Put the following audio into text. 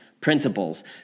principles